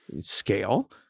scale